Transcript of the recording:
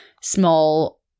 small